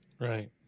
Right